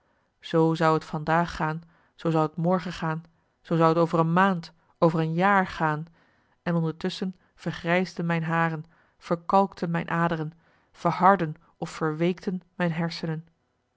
zoo zou t van daag gaan zoo zou t morgen gaan zoo zou t over een maand over een marcellus emants een nagelaten bekentenis jaar gaan en ondertusschen vergrijsden mijn haren verkalkten mijn aderen verhardden of verweekten mijn hersenen